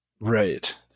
Right